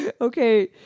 Okay